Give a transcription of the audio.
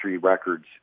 records